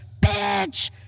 bitch